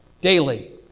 daily